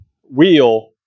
wheel